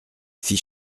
fit